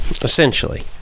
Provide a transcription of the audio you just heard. essentially